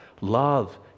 love